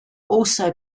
also